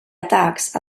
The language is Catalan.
atacs